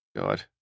God